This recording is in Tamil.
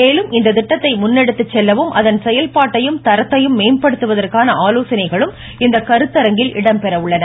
மேலும் இந்த திட்டத்தை முன்னெடுத்துச் செல்லவும் அதன் செயல்பாட்டையும் தரத்தையும் மேம்படுத்துவற்கான ஆலோசனைகளும் இந்த கருத்தரங்கில் இடம்பெற உள்ளன